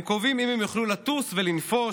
הם קובעים אם הם יוכלו לטוס ולנפוש,